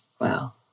Wow